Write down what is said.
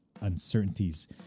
uncertainties